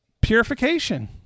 purification